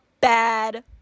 bad